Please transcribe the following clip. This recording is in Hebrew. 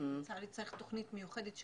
לצערי צריך תוכנית מיוחדת,